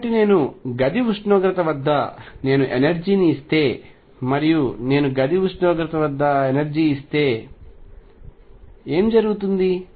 కాబట్టి నేను గది ఉష్ణోగ్రత వద్ద నేను ఎనర్జీ ని ఇస్తే మరియు నేను గది ఉష్ణోగ్రత ఎనర్జీ ని ఇస్తే ఏమి జరుగుతుంది